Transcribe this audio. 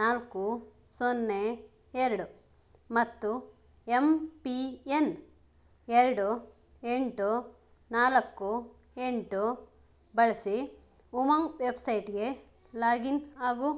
ನಾಲ್ಕು ಸೊನ್ನೆ ಎರಡು ಮತ್ತು ಎಮ್ ಪಿಎನ್ ಎರಡು ಎಂಟು ನಾಲ್ಕು ಎಂಟು ಬಳಸಿ ಉಮಂಗ್ ವೆಬ್ಸೈಟ್ಗೆ ಲಾಗಿನ್ ಆಗು